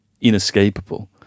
inescapable